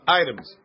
items